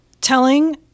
telling